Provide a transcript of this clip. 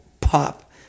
pop